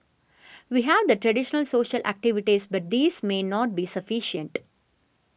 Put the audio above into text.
we have the traditional social activities but these may not be sufficient